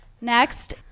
Next